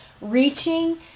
reaching